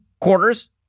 quarters